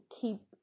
keep